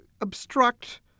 obstruct